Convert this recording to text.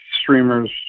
streamers